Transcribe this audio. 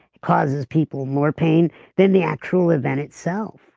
it causes people more pain than the actual event itself.